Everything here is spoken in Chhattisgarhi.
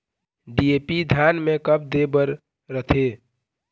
डी.ए.पी धान मे कब दे बर रथे?